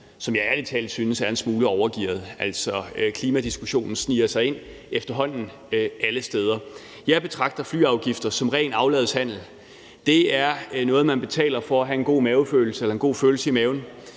som jeg ærlig talt synes er en smule overgearet. Altså, klimadiskussionen sniger sig ind alle steder efterhånden. Jeg betragter flyafgifter som ren afladshandel. Det er noget, man betaler for at have en god følelse i maven,